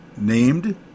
named